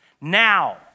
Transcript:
Now